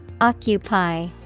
Occupy